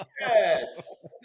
Yes